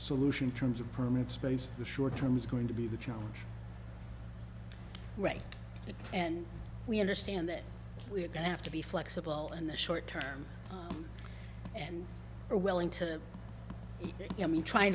solution terms of permit space the short term is going to be the challenge right and we understand that we're going to have to be flexible and short term and are willing to